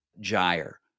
gyre